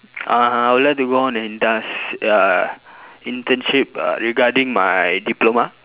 uh I would like to go on an indus~ uh internship uh regarding my diploma